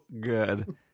good